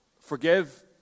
forgive